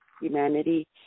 humanity